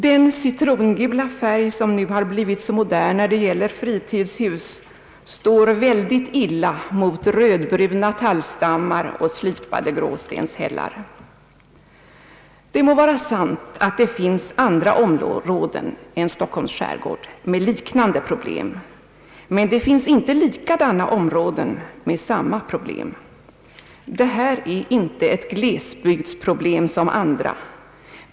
Den citrongula färg som nu blivit så modern när det gäller fritidshus står väldigt illa mot rödbruna tallstammar och slipade gråstenshällar. Det må vara sant att det finns andra områden än Stockholms skärgård med liknande problem, men det finns inte likadana områden med samma problem. Det här är inte ett glesbygdsproblem som andra.